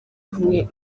kumwe